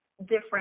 different